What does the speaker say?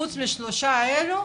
חוץ מהשלושה האלה,